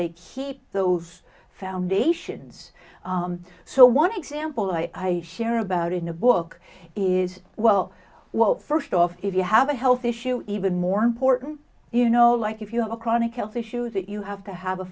they keep those foundations so one example i hear about in the book is well well first off if you have a health issue even more important you know like if you have a chronic health issues that you have to have a